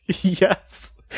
Yes